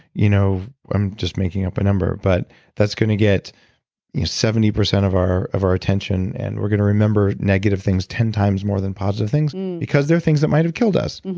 you know i'm just making up a number. but that's going to get seventy percent of our of our attention and we're going to remember negative things ten times more than positive things because they're things that might have killed us.